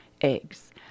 eggs